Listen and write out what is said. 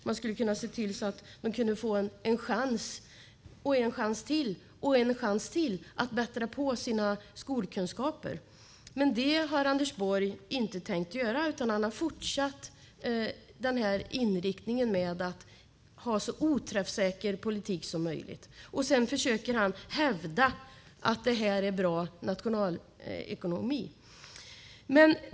Man skulle kunna se till att de kunde få en chans, och en chans till och en chans till att bättra på sina kunskaper. Men det har Anders Borg inte tänkt göra, utan han har fortsatt med inriktningen att ha en så oträffsäker politik som möjligt. Sedan försöker han hävda att det är bra nationalekonomi.